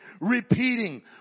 repeating